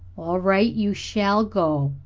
all right, you shall go.